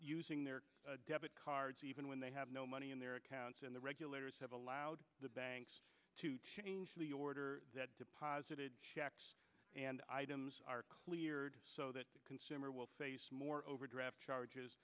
sing their debit cards even when they have no money in their accounts and the regulators have allowed the banks to change the order that deposited shacks and items are cleared so that the consumer will face more overdraft charges